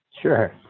Sure